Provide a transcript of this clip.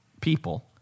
people